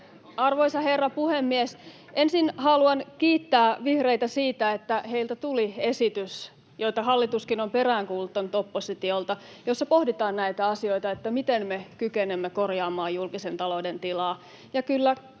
Arvoisa herra puhemies! Ensin haluan kiittää vihreitä siitä, että heiltä tuli esitys — niitä hallituskin on peräänkuuluttanut oppositiolta — jossa pohditaan näitä asioita, miten me kykenemme korjaamaan julkisen talouden tilaa.